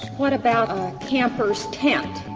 what about campers tent?